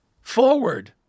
forward